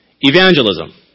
Evangelism